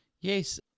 Yes